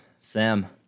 Sam